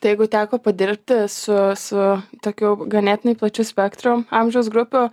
tai jeigu teko padirbti su su tokiu ganėtinai plačiu spektru amžiaus grupių